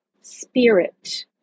spirit